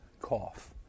cough